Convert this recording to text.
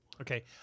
Okay